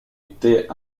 était